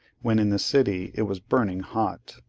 when in the city it was burning hot.